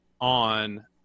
on